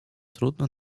trudno